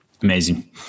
Amazing